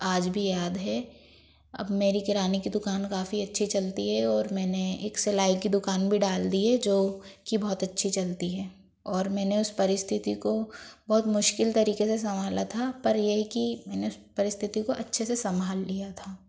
आज भी याद है अब मेरी किराने की दुकान काफ़ी अच्छी चलती है और मैंने एक सिलाई की दुकान भी डाल दी है जो कि बहुत अच्छी चलती है और मैंने उस परिस्थिति को बहुत मुश्किल तरीके से संभाला था पर ये है कि मैंने उस परिस्थिति को अच्छे से संभाल लिया था